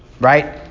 right